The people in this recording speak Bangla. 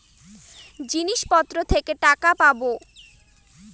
জিনিসপত্র থেকে টাকা পাবো